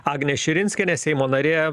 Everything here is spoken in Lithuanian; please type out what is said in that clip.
agnė širinskienė seimo narė